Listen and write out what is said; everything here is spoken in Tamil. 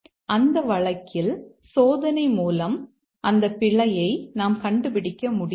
அந்த வழக்கில் சோதனை மூலம் அந்த பிழையை நாம் கண்டுபிடிக்க முடியாது